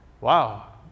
Wow